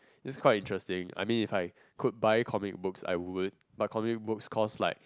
this quite interesting I mean if I could buy comic books I would my comic books cost like